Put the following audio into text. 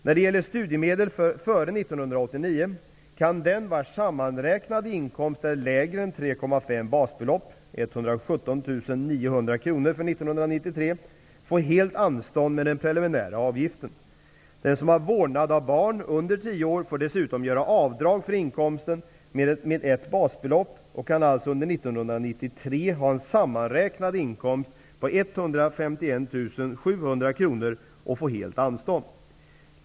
När det gäller studiemedel tagna före 1989 kan den vars sammanräknade inkomst är lägre än 3,5 basbelopp, 117 900 kr för år 1993, få helt anstånd med den preliminära avgiften. Den som har vårdnad om barn under tio år får dessutom göra avdrag från inkomsten med ett basbelopp och kan alltså under 1993 ha en sammanräknad inkomst på 151 700 kr och få helt anstånd.